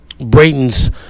Brayton's